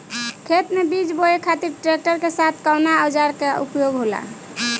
खेत में बीज बोए खातिर ट्रैक्टर के साथ कउना औजार क उपयोग होला?